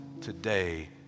today